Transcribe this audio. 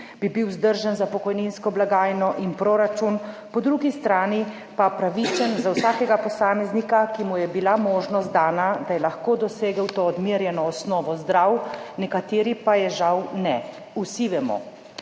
bi bil vzdržen za pokojninsko blagajno in proračun, po drugi strani pa pravičen za vsakega posameznika, ki mu je bila možnost dana, da je lahko dosegel to odmerjeno osnovo zdrav, nekateri pa je žal ne. Vsi vemo,